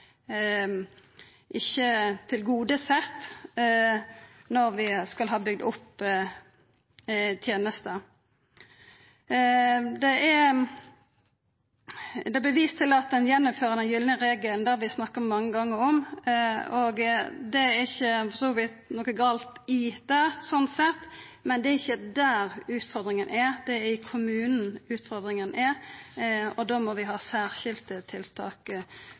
når vi skal byggja opp tenesta. Det vert vist til at ein gjeninnfører den gylne regelen. Det har vi snakka om mange gonger. Det er for så vidt ikkje noko gale i det, slik sett, men det er ikkje der utfordringa er. Det er i kommunen utfordringa er, og då må vi ha særskilde tiltak